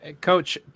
Coach